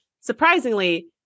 surprisingly